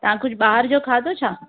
तव्हां कुझु ॿाहिर जो खाधो छा